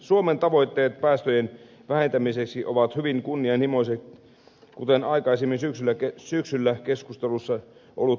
suomen tavoitteet päästöjen vähentämiseksi ovat hyvin kunnianhimoiset kuten aikaisemmin syksyllä keskustelussa ollut tulevaisuusselonteko osoitti